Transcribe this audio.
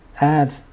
add